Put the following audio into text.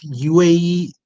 uae